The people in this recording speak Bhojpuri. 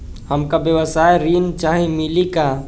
हमका व्यवसाय ऋण चाही मिली का?